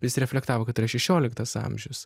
jis reflektavo kad tai yra šešioliktas amžius